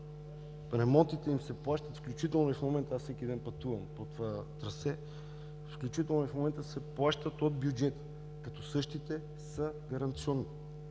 ремонтите им се плащат, аз всеки ден пътувам по това трасе, включително и в момента се плащат от бюджета, като същите са гаранционни.